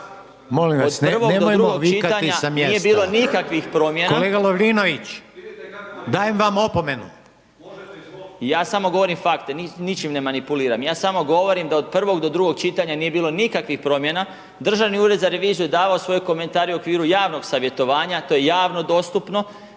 …/Upadica Reiner: Dajem vam opomenu./… …/Upadica Lovrinović, ne čuje se./… Ja samo govorim fakte, ničim ne manipuliram, ja samo govorim da od prvog do drugog čitanja nije bilo nikakvih promjena, Državni ured za reviziju je davao svoje komentare i u okviru javnog savjetovanja, to je javno dostupno,